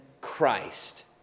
Christ